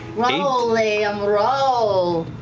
liam, roll.